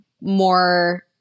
more